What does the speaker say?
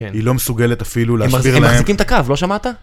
היא לא מסוגלת אפילו להסביר להם... הם מחזיקים את הקו, לא שמעת?